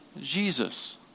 Jesus